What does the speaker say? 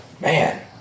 Man